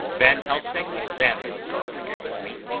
van helsing examines, he tells me,